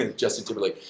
ah justin timberlake.